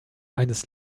eines